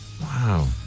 Wow